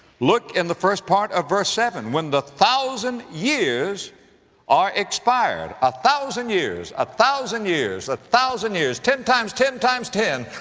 look in the first part of verse seven, when the thousand years are expired. a thousand years, a thousand years, a thousand years, ten times ten times ten,